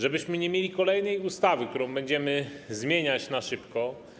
Żebyśmy nie mieli kolejnej ustawy, którą będziemy zmieniać na szybko.